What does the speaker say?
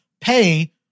pay